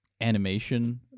animation